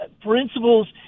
principles